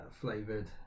flavored